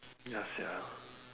ya sia